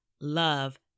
love